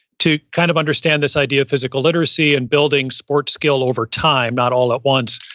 to kind of understand this idea of physical literacy and building sport skill over time, not all at once.